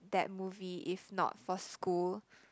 that movie if not for school